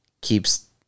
keeps